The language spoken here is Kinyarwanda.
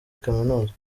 kaminuza